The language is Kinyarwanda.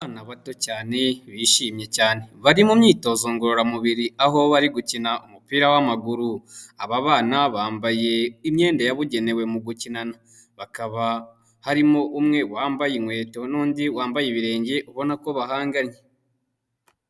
Abana bato bishimye cyane bari mu myitozo ngororamubiri aho bari gukina umupira w'amaguru, aba bana bambaye imyenda yabugenewe mu gukinana, bakaba harimo umwe wambaye inkweto n'undi wambaye ibirenge, ubona ko bahanganye.